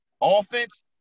offense